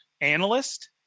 analyst